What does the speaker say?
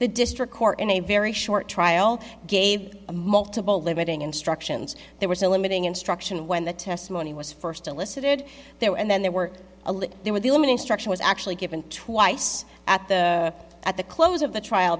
the district court in a very short trial gave a multiple limiting instructions there was a limiting instruction when the testimony was first elicited there and then there were a lot there would be a woman instruction was actually given twice at the at the close of the trial